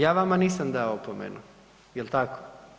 Ja vama nisam dao opomenu, jel tako?